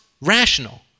rational